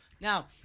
Now